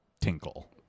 tinkle